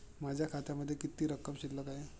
माझ्या खात्यामध्ये किती रक्कम शिल्लक आहे?